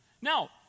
Now